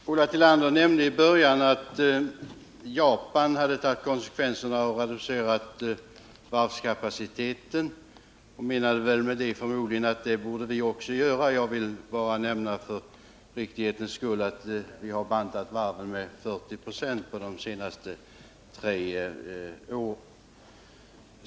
Fru talman! Ulla Tillander nämnde i början av sitt anförande att Japan hade tagit konsekvenserna och reducerat sin varvskapacitet. Hon menade med det förmodligen att vi också borde göra det. Jag vill bara för riktighetens skull nämna att vi har bantat varven med 40 96 på de senaste tre åren.